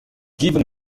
given